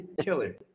Killer